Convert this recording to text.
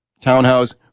townhouse